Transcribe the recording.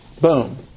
Boom